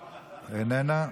איננה,